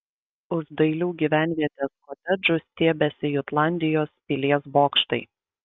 už dailių gyvenvietės kotedžų stiebėsi jutlandijos pilies bokštai